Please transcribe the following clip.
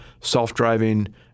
self-driving